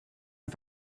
her